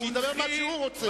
הוא מדבר מה שהוא רוצה.